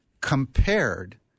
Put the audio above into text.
compared